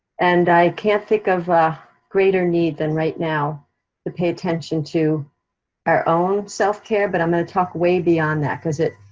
and i can't think of a greater need than right now to pay attention to our own self care but i'm gonna talk way beyond that cause it,